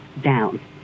down